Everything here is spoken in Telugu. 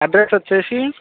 అడ్రస్ వచ్చి